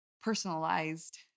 personalized